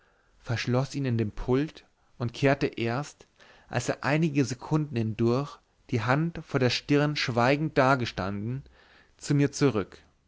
verschloß ihn in dem pult und kehrte erst als er einige sekunden hindurch die hand vor der stirn schweigend dagestanden zu mir zurück